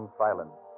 silence